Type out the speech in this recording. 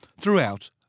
throughout